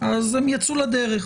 הן יצאו לדרך.